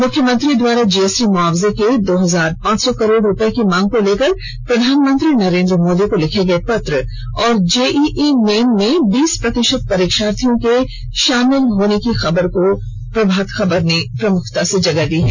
मुख्यमंत्री द्वारा जीएसटी मुआवजे के दो हजार पांच सौ करोड़ रुपए की मांग को लेकर प्रधानमंत्री नरेंद्र मोर्दी को लिखे गए पत्र और जेईई मेन में बीस प्रतिशत परीक्षार्थियों के शामिल होने की खबर को से प्रभात खबर ने इसे प्रमुखता से जगह दी है